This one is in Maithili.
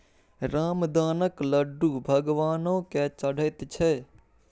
रामदानाक लड्डू भगवानो केँ चढ़ैत छै